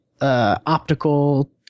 optical